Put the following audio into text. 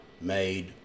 made